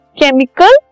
chemical